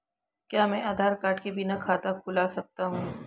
क्या मैं आधार कार्ड के बिना खाता खुला सकता हूं?